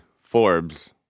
Forbes